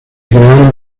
crearon